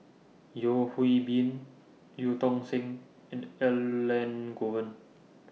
Yeo Hwee Bin EU Tong Sen and Elangovan